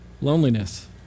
loneliness